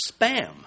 spam